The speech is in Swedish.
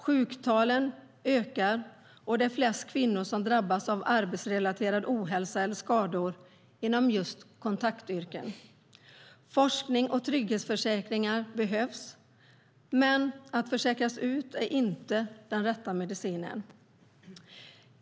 Sjuktalen ökar, och det är flest kvinnor som drabbas av arbetsrelaterad ohälsa eller skador inom just kontaktyrken. Forskning och trygghetsförsäkringar behövs, men att försäkras ut är inte den rätta medicinen.